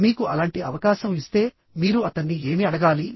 మీకు అలాంటి అవకాశం ఇస్తే మీరు అతన్ని ఏమి అడగాలి